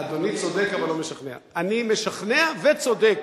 "אדוני צודק אבל לא משכנע" אני משכנע וצודק,